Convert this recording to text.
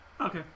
Okay